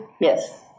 Yes